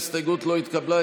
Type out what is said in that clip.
ההסתייגות לא התקבלה.